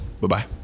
Bye-bye